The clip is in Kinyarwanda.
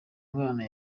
mwana